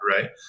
right